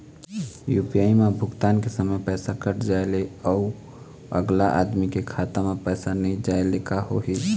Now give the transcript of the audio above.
UPI म भुगतान के समय पैसा कट जाय ले, अउ अगला आदमी के खाता म पैसा नई जाय ले का होही?